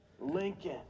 Lincoln